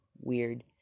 weird